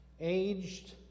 aged